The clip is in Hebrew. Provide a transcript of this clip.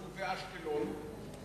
ואשקלון?